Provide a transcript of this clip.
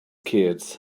kids